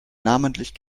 namentlich